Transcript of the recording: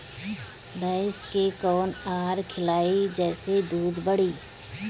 भइस के कवन आहार खिलाई जेसे दूध बढ़ी?